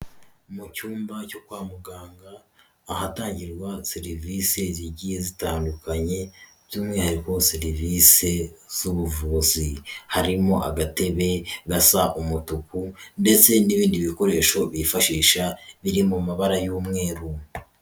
Mu cyumba cyo kwa muganga, ahatangirwa serivisi zigiye zitandukanye, by'umwihariko serivisi z'ubuvuzi. Harimo agatebe gasa umutuku ndetse n'ibindi bikoresho byifashisha biri mu mabara y'umweru.